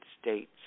States